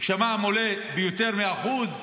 וכשהמע"מ עולה ביותר מ-1%,